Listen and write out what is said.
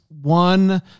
one